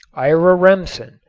ira remsen,